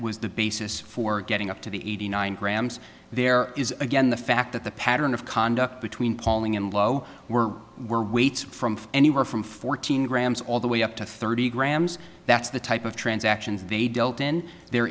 was the basis for getting up to the eighty nine grams there is again the fact that the pattern of conduct between palling and low were were weights from anywhere from fourteen grams all the way up to thirty grams that's the type of transactions they dealt in there